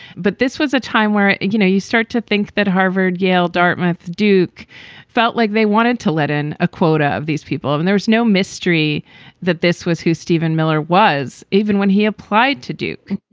but this was a time where, you know, you start to think that harvard, yale, dartmouth, duke felt like they wanted to let in a quota of these people. and there's no mystery that this was who steven miller was even when he applied to duke.